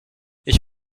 ich